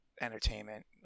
entertainment